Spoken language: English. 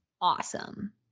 awesome